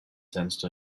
sensed